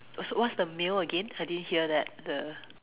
oh so what's the meal again I didn't hear that the